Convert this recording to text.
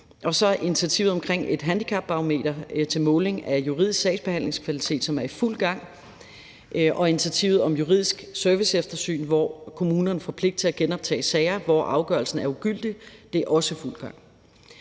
er der initiativet omkring et handicapbarometer til måling af juridisk sagsbehandlingskvalitet, som er i fuld gang, og der er initiativet om juridisk serviceeftersyn, hvor kommunerne får pligt til at genoptage sager, hvor afgørelsen er ugyldig. Det er også i fuld gang.